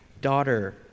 daughter